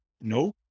No